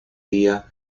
día